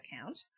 account